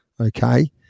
okay